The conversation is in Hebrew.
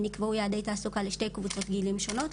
נקבעו יעדי תעסוקה לשתי קבוצות גילאים שונות,